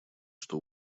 что